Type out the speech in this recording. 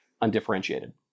undifferentiated